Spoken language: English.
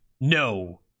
no